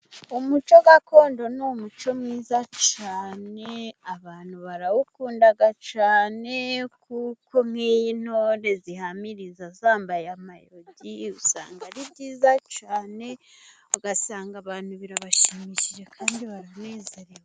Umuco gakondo ni umuco mwiza cyane. Abantu barawukunda cyane, kuko nk'iyo intore zihamiriza zambaye amayugi usanga ari byiza cyane. Ugasanga abantu birabashimishije kandi baranezerewe.